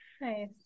nice